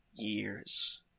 Years